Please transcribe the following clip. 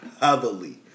heavily